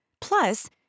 Plus